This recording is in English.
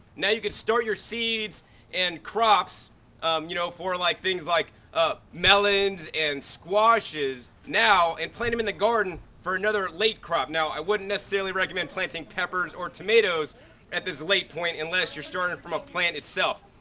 now you can start your seeds and crops you know for like things like ah melons and squashes now and plant them in the garden for another late crop. now i wouldn't necessarily recommend planting things or tomatoes at this late point unless you're starting from a plant itself.